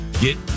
get